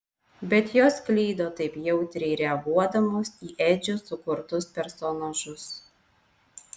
bet jos klydo taip jautriai reaguodamos į edžio sukurtus personažus